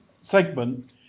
segment